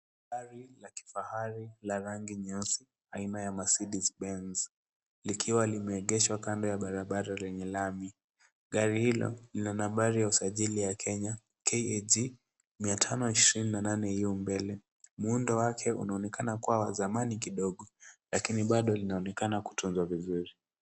Gari la kifahari la rangi nyeusi aina ya Mercedes Benz likiwa limeegeshwa kando ya barabara lenye lami. Gari hilo lina nambari ya usajili ya Kenya KAG 528U mbele. Muundo wake unaonena kuwa wa zamani kidogo lakini bado linaonekana kutunzwa vizuri.